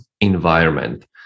environment